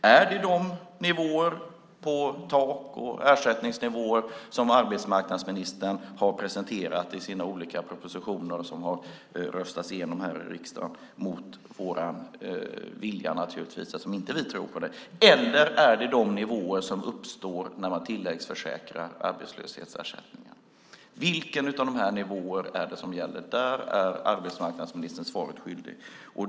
Är det de tak och ersättningsnivåer som arbetsmarknadsministern har presenterat i sina olika propositioner som har röstats igenom här i riksdagen mot vår vilja eftersom vi inte tror på det, eller är det de nivåer som uppstår när man tilläggsförsäkrar arbetslöshetsersättningen? Vilken av de här nivåerna är det som gäller? Där är arbetsmarknadsministern svaret skyldig.